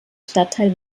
stadtteil